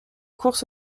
courses